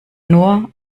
nur